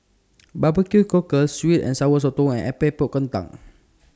Barbecue Cockle Sweet and Sour Sotong and Epok Epok Kentang